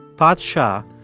parth shah,